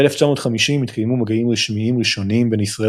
ב-1950 התקיימו מגעים רשמיים ראשונים בין ישראל